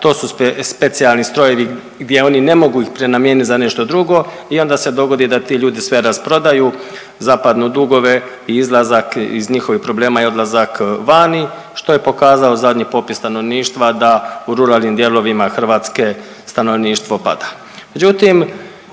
To su specijalni strojevi gdje oni ne mogu prenamijenit za nešto drugo i onda se dogodi da ti ljudi sve rasprodaju, zapadnu u dugove i izlazak iz njihovih problema je odlazak vani što je pokazao zadnji popis stanovništva da u ruralnim dijelovima Hrvatske stanovništvo pada.